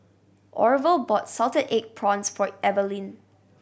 Orval bought salted egg prawns for Evaline